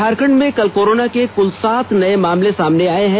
झारखंड में कल कोरोना के कुल सात नये मामले सामने आए हैं